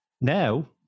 Now